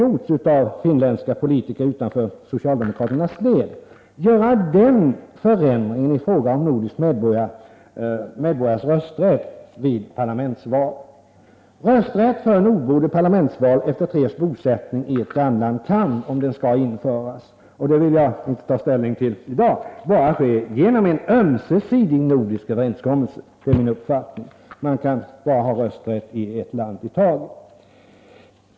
Jag tror f. ö. inte heller att vi skulle få Finland med oss — det visar uttalanden som gjorts av finländska politiker utanför socialdemokratins led. Rösträtt för nordbor i parlamentsval efter tre års bosättning i ett grannland kan, om den skall införas — vilket jag inte i dag vill ta ställning till — bara ske genom en ömsesidig nordisk överenskommelse. Det är min uppfattning. Man kan bara ha rösträtt i ett land i taget.